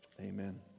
amen